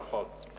נכון.